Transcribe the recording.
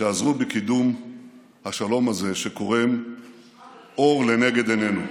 שעזרו בקידום השלום הזה, שקורם עור לנגד עינינו.